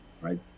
right